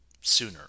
sooner